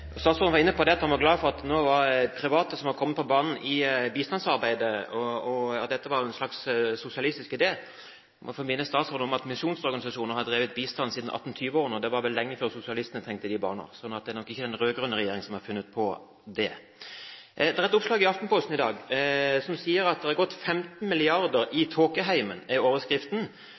statsråden nå går til Fremskrittspartiet for å finne løsningene. Statsråden var inne på at han var glad for at private har kommet på banen i bistandsarbeidet, og at dette var en slags sosialistisk idé. Jeg vil få minne statsråden om at misjonsorganisasjonene har drevet bistand siden 1820-årene. Det var vel lenge før sosialistene tenkte i de baner, så det er nok ikke den rød-grønne regjeringen som har funnet på det. Det er et oppslag i Aftenposten i dag: «15 milliarder i